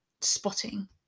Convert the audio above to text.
spotting